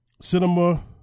cinema